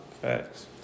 Facts